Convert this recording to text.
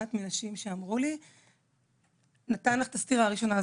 יודעת מנשים שאמרו לי "..נתן לך את הסטירה הראשונה,